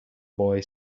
boy